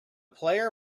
player